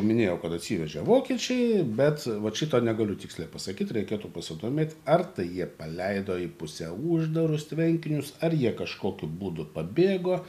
minėjau kad atsivežė vokiečiai bet vat šito negaliu tiksliai pasakyt reikėtų pasidomėt ar tai jie paleido į pusiau uždarus tvenkinius ar jie kažkokiu būdu pabėgo